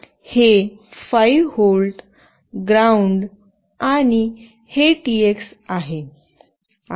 हे 5 volt ground आणि हे टीएक्स आहे आणि हे आरएक्स आहे